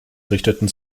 richteten